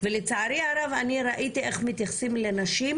ולצערי הרב אני ראיתי איך מתייחסים לנשים,